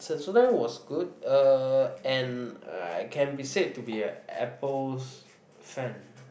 Sensodyne was good uh and I can be said to be an Apple's fan